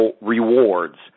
rewards